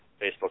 facebook